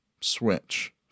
Switch